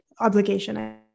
obligation